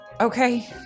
Okay